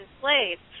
slaves